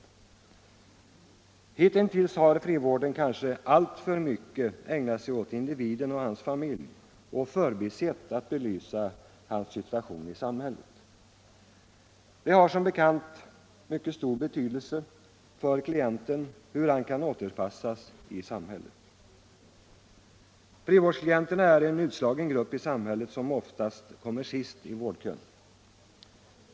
Hitintills har frivården kanske alltför mycket ägnat sig åt individen och hans familj och förbisett att belysa hans situation i samhället. Det har som bekant mycket stor betydelse för klienten hur han kan återanpassas i samhället. Frivårdsklienterna är en utslagen grupp i samhället som ofta kommer sist i vårdkön.